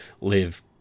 live